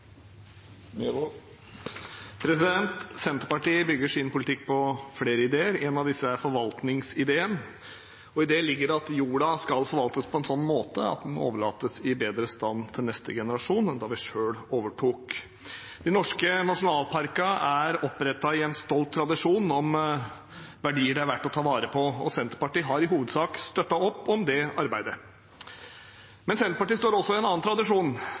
Senterpartiet bygger sin politikk på flere ideer. Én av disse er forvaltningsideen. I det ligger at jorden skal forvaltes på en slik måte at den overlates i bedre stand til neste generasjon enn den var da vi overtok den. De norske nasjonalparkene er opprettet i en stolt tradisjon om verdier det er verdt å ta vare på, og Senterpartiet har i hovedsak støttet opp om det arbeidet. Men Senterpartiet står også i en annen tradisjon,